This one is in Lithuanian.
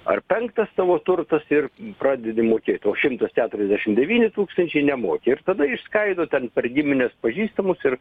ar penktas tavo turtas ir pradedi mokėt o šimtas keturiasdešim devyni tūktančiai nemoki ir tada išskaido ten per gimines pažįstamus ir